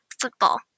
football